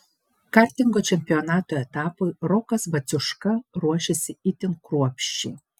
kartingo čempionato etapui rokas baciuška ruošėsi itin kruopščiai